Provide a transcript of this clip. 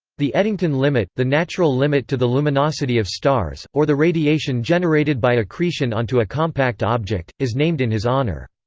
the eddington limit, the natural limit to the luminosity of stars, or the radiation generated by accretion onto a compact object, is named in his honour.